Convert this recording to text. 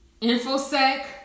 infosec